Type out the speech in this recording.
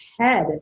head